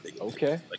Okay